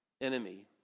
enemy